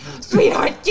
sweetheart